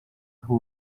who